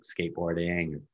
skateboarding